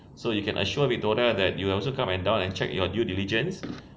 so you can assure victoria that you are also come down and check your due diligence